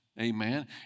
amen